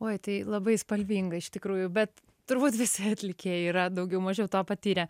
oi tai labai spalvinga iš tikrųjų bet turbūt visi atlikėjai yra daugiau mažiau to patyrę